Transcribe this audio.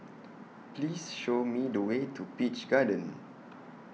Please Show Me The Way to Peach Garden